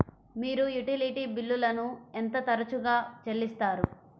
మీరు యుటిలిటీ బిల్లులను ఎంత తరచుగా చెల్లిస్తారు?